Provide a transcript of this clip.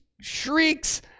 shrieks